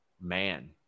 Man